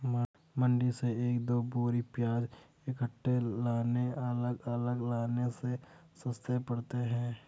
मंडी से एक दो बोरी प्याज इकट्ठे लाने अलग अलग लाने से सस्ते पड़ते हैं